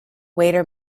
waiter